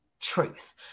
truth